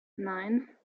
nein